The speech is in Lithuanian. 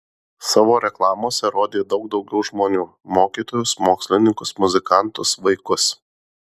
savo reklamose rodė daug daugiau žmonių mokytojus mokslininkus muzikantus vaikus